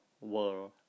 world